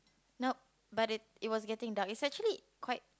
now but it it was getting dark it's actually quite